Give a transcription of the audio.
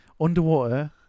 Underwater